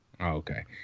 Okay